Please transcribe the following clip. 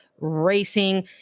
Racing